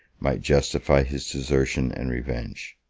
might justify his desertion and revenge.